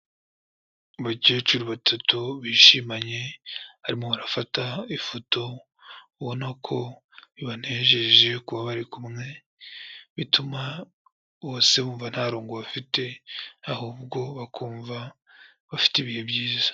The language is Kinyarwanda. Abakecuru batatu bishimanye barimo barafata ifoto ubona ko bibanejeje kuba bari kumwe, bituma bose bumva nta rungu bafite ahubwo bakumva bafite ibihe byiza.